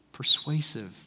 Persuasive